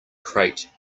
crate